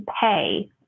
Pay